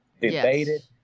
debated